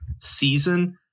season